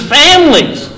families